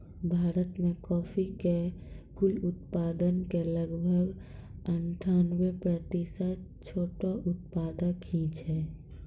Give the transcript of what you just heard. भारत मॅ कॉफी के कुल उत्पादन के लगभग अनठानबे प्रतिशत छोटो उत्पादक हीं छै